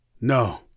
No